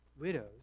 widows